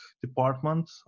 department